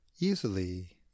Easily